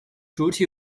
主体